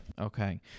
Okay